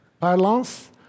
parlance